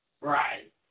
Right